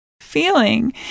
feeling